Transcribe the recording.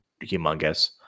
humongous